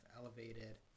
elevated